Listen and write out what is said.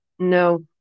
No